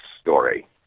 story